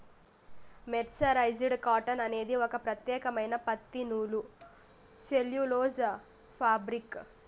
mercerised cotton అనేది ఒక ప్రత్యేకమైన పత్తి నూలు సెల్యులోజ్ ఫాబ్రిక్